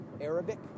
Arabic